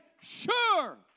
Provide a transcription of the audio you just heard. sure